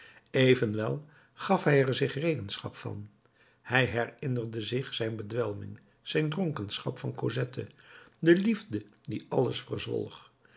evenwel gaf hij er zich rekenschap van hij herinnerde zich zijn bedwelming zijn dronkenschap van cosette de liefde die alles verzwolg